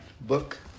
book